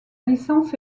licence